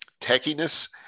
techiness